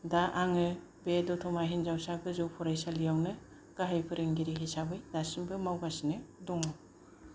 दा आङो बे दतमा हिनजावसा गोजौ फरायसालियावनो गाहाय फोरोंगिरि हिसाबै दासिमबो मावगासिनो दङ